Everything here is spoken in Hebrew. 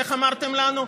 איך אמרתם לנו?